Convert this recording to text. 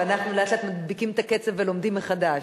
ואנחנו לאט-לאט מדביקים את הקצב ולומדים מחדש.